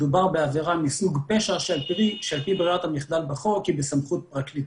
מדובר בעבירה מסוג פשע שעל פי ברירת המחדל בחוק היא בסמכות הפרקליטות.